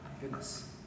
goodness